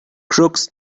crooks